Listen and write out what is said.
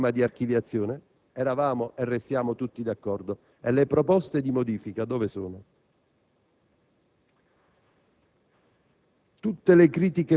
fa, l'ho ribadito in Commissione e ora le proposte di modifica dove sono? Per quanto riguarda la normativa sugli illeciti disciplinari, già allora il ministro Mastella